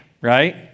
right